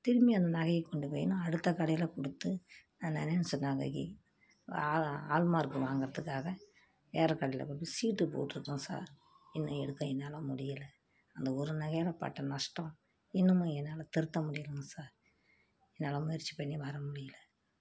திரும்பி அந்த நகையை கொண்டு போய் நான் அடுத்த கடையில குடுத்து நா ஆ ஹால் மார்க் வாங்குகிறதுக்காக வேற கடையில் கொண்டு போய் சீட்டு போட்டிருக்கோம் சார் என்ன எடுக்க என்னால் முடியலை அந்த ஒரு நகையால் பட்ட நஷ்டம் இன்னமும் என்னால் திருத்தமுடியலங்க சார் என்னால் முயற்சி பண்ணி வரமுடியிலை